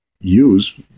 use